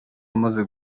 amaze